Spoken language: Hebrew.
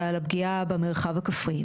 ועל הפגיעה במרחב הכפרי.